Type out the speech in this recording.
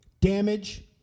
damage